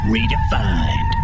Redefined